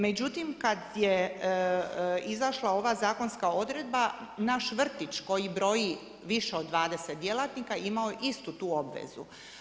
Međutim, kad je izašla ova zakonska odredba naš vrtić koji broji više od 20 djelatnika imao je istu tu obvezu.